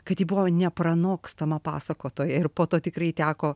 kad ji buvo nepranokstama pasakotoja ir po to tikrai teko